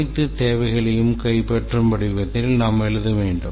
அனைத்து தேவைகளையும் கைப்பற்றும் வடிவத்தில் நாம் எழுத வேண்டும்